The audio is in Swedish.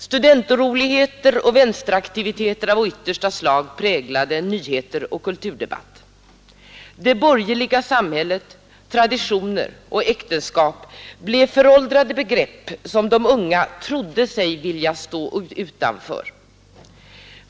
Studentoroligheter och vänsteraktiviteter på yttersta kanten präglade nyheter och kulturdebatt. Det borgerliga samhället, traditioner och äktenskap blev föråldrade begrepp som de unga trodde sig vilja stå utanför.